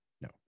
no